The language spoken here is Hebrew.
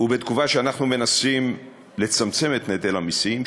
ובתקופה שאנחנו מנסים לצמצם את נטל המסים,